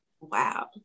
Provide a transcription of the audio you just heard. wow